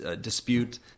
dispute